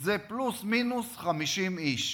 זה פלוס מינוס 50 איש.